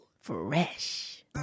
fresh